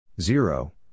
Zero